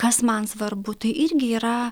kas man svarbu tai irgi yra